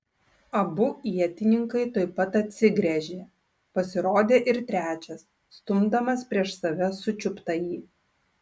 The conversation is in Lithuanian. abu ietininkai tuoj pat atsigręžė pasirodė ir trečias stumdamas prieš save sučiuptąjį